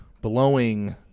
blowing